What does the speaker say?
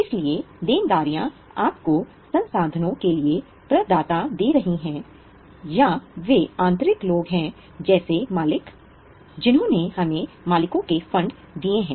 इसलिए देनदारियां आपको संसाधनों के लिए प्रदाता दे रही हैं या वे आंतरिक लोग हैं जैसे मालिक हैं जिन्होंने हमें मालिकों के फंड दिए हैं